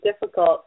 difficult